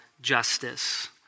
justice